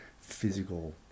physical